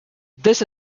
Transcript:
this